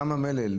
כמה מלל,